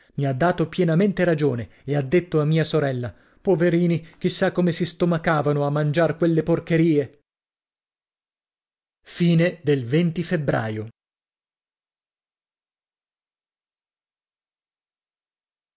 mi ha dato pienamente ragione e ha detto a mia sorella poverini chi sa come si stomacavano a mangiar quelle porcherie febbraio